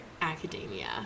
academia